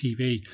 TV